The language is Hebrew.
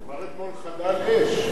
הוא אמר אתמול "חדל אש".